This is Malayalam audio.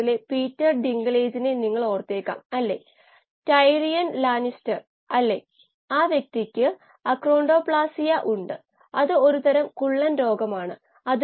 എന്റെ സ്വന്തം KLa അളവെടുപ്പ് ഡാറ്റയിൽ ഒന്നാണ് ഇത്